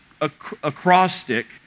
acrostic